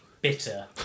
Bitter